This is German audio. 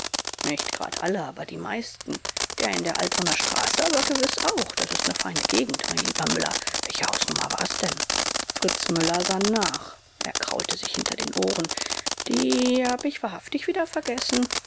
nicht grad alle aber die meisten der in der altonaer straße aber gewiß auch das ist ne feine gegend mein lieber müller welche hausnummer war's denn fritz müller sann nach er kraulte sich hinter den ohren die hab ich wahrhaftig wieder vergessen